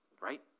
right